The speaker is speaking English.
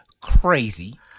crazy